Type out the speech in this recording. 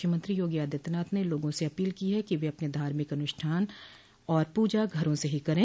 मुख्यमंत्री योगी आदित्यनाथ ने लोगों से अपील की है कि वे अपने धार्मिक कार्यक्रम अनुष्ठान व पूजा घरों से ही करें